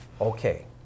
okay